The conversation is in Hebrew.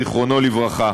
זיכרונו לברכה,